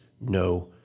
no